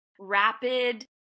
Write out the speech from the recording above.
rapid